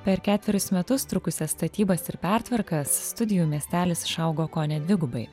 per ketverius metus trukusias statybas ir pertvarkas studijų miestelis išaugo kone dvigubai